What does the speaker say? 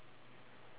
alright